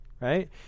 right